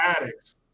addicts